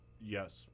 Yes